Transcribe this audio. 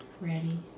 ready